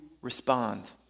respond